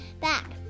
back